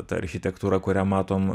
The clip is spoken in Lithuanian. ta architektūra kurią matom